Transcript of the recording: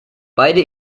beide